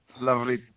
lovely